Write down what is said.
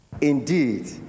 indeed